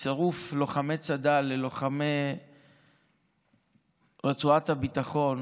צירוף לוחמי צד"ל ללוחמי רצועת הביטחון